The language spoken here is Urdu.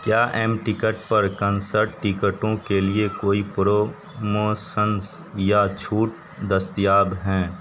کیا ایم ٹکٹ پر کنسرٹ ٹکٹوں کے لیے کوئی پروموسنس یا چھوٹ دستیاب ہیں